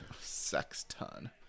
Sexton